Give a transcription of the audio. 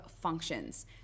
functions